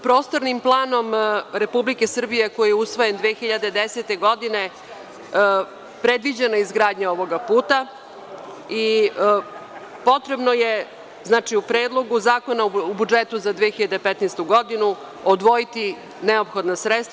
Prostornim planom Republike Srbije, koji je usvojen 2010. godine, predviđena je izgradnja ovoga puta i potrebno je u Predlogu zakona o budžetu za 2015. godinu odvojiti neophodna sredstva.